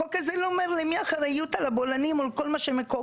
החוק הזה לא אומר של מי האחריות על הבולענים או על כל מה שקורה,